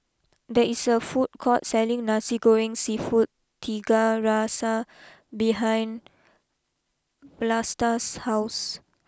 there is a food court selling Nasi Goreng Seafood Tiga Rasa behind Vlastas house